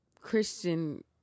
Christian